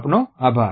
આપનો આભાર